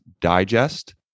Digest